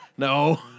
No